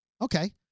Okay